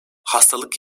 hastalık